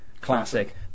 classic